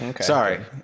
Sorry